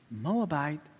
Moabite